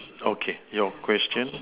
okay your question